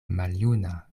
maljuna